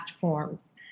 forms